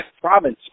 Province